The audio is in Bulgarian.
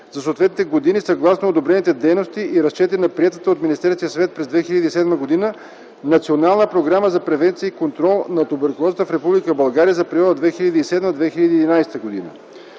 за съответните години съгласно одобрените дейности и разчети на приетата от Министерския съвет през 2007 г. Национална програма за превенция и контрол на туберкулозата в Република България за периода 2007-2011 г.